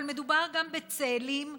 אבל מדובר גם בצאלים,